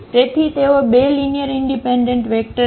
તેથી તેઓ 2 linear independent vector છે